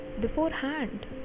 beforehand